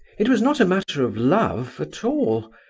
it was not a matter of love at all!